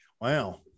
Wow